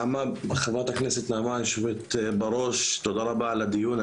חברת הכנסת נעמה, יושבת הראש, תודה רבה על הדיון.